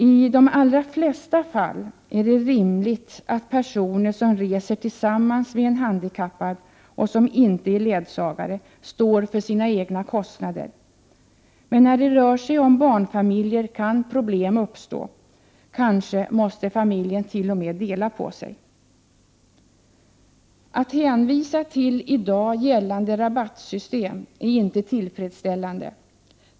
I de allra flesta fall är det rimligt att personer som reser tillsammans med en handikappad, och som inte är ledsagare, står för sina egna kostnader. Men när det rör sig om barnfamiljer kan problem uppstå; kanske måste familjen t.o.m. dela på sig. Att hänvisa till i dag gällande rabattsystem är inte tillfredsställande.